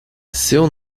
seu